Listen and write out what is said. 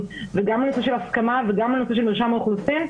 וגם הנושא של הסכמה וגם הנושא של מרשם האוכלוסין.